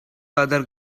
other